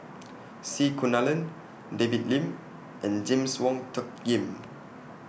C Kunalan David Lim and James Wong Tuck Yim